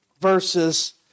verses